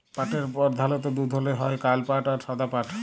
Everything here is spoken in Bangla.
পাটের পরধালত দু ধরলের হ্যয় কাল পাট আর সাদা পাট